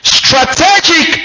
strategic